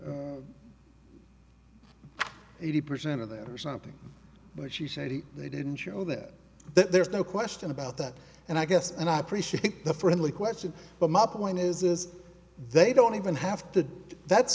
eighty percent of that or something but she's eighty they didn't show that there's no question about that and i guess and i appreciate the friendly question but my point is is they don't even have to that's